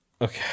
okay